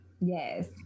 Yes